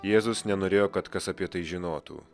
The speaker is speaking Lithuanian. jėzus nenorėjo kad kas apie tai žinotų